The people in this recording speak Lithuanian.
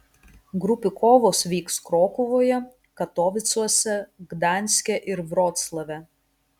grupių kovos vyks krokuvoje katovicuose gdanske ir vroclave